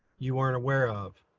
you weren't aware of.